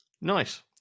Nice